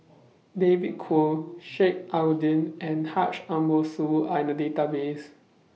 David Kwo Sheik Alau'ddin and Haji Ambo Sooloh Are in The Database